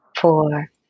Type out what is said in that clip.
four